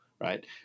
right